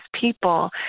people